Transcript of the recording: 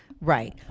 Right